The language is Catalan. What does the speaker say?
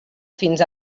fins